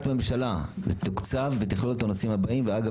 ממשלה ותתוקצב ותכלול את הנושאים הבאים אגב,